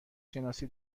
شناسی